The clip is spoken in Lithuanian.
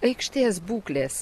aikštės būklės